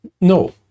No